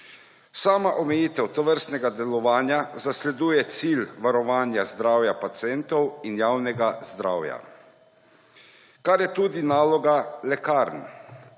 Sama omejitev tovrstnega delovanja zasleduje cilj varovanja zdravja pacientov in javnega zdravja, kar je tudi naloga lekarn.